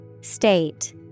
State